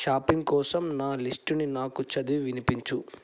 shopping కోసం నా లిస్ట్ని నాకు చదివి వినిపించు